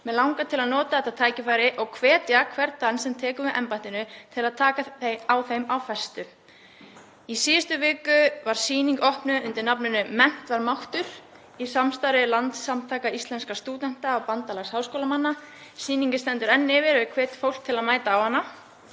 Mig langar til að nota þetta tækifæri og hvetja hvern þann sem tekur við embættinu til að taka á þeim af festu. Í síðustu viku var sýning opnuð undir nafninu Mennt var máttur, í samstarfi við Landssamtök íslenskra stúdenta og Bandalag háskólamanna. Sýningin stendur enn yfir og ég hvet fólk til að mæta á hana.